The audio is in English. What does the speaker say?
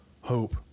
hope